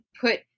put